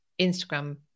Instagram